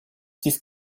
dies